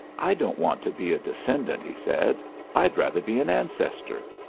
i don't want to be a descendant, he said i'd rather be an ancestor.